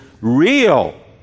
real